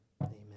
Amen